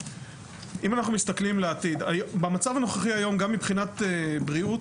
במצב הנוכחי היום, גם מבחינת בריאות,